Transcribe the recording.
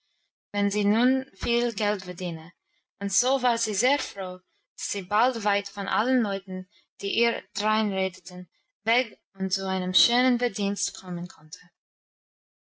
wenn sie nun viel geld verdiene und so war sie sehr froh dass sie bald weit von allen leuten die ihr dreinredeten weg und zu einem schönen verdienst kommen konnte